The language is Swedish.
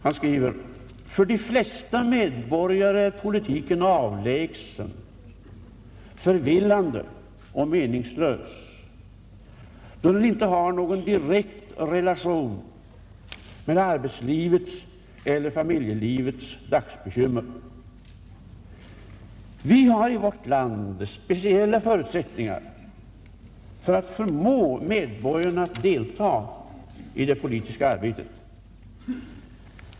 Han skriver: ”För de flesta medborgare är politiken avlägsen, förvillande och meningslös, då den inte har någon direkt relation med arbetslivets eller familjelivets dagsbekymmer.” Vi har i vårt land speciella förutsättningar för att förmå medborgarna att delta i det politiska arbetet.